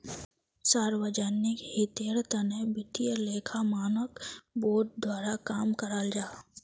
सार्वजनिक हीतेर तने वित्तिय लेखा मानक बोर्ड द्वारा काम कराल जाहा